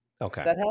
Okay